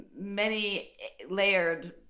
many-layered